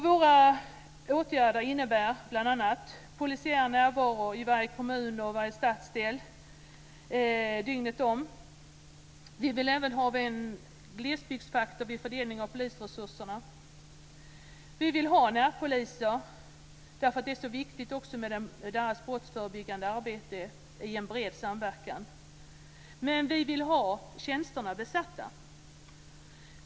Våra åtgärder innebär bl.a. polisiär närvaro i varje kommun och varje stadsdel dygnet runt. Vi vill även ha en glesbygdsfaktor vid fördelning av polisresurserna. Vi vill ha närpoliser eftersom deras brottsförebyggande arbete i en bred samverkan är så viktigt. Men vi vill ha tjänsterna besatta.